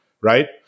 Right